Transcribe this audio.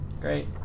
Great